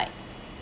like